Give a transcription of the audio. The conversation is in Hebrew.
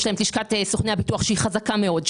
להם את לשכת סוכני הביטוח שהיא חזקה מאוד,